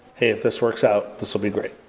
hey, if this works out, this will be great.